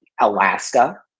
Alaska